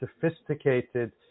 sophisticated